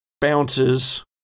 bounces